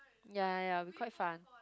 ya ya ya it will be quite fun